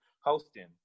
hosting